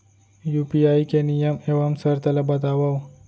UPI के नियम एवं शर्त ला बतावव